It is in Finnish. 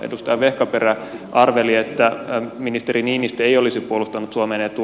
edustaja vehkaperä arveli että ministeri niinistö ei olisi puolustanut suomen etua